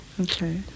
okay